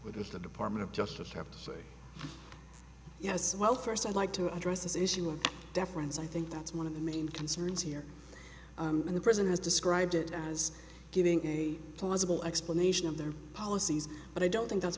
with the department of justice have to say yes well first i'd like to address this issue of deference i think that's one of the main concerns here in the prison has described it as giving a plausible explanation of their policies but i don't think that's